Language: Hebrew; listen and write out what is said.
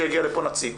שיגיע לפה נציג.